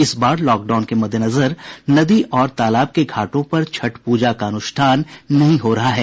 इस बार लॉकडाउन के मद्देनजर नदी और तालाब के घाटों पर छठ पूजा का अनुष्ठान नहीं हो रहा है